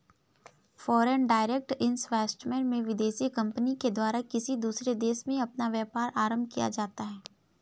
foreign direct investment में विदेशी company के द्वारा किसी दूसरे देश में अपना व्यापार आरंभ किया जाता है